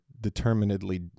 determinedly